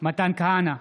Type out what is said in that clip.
מתן כהנא,